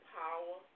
power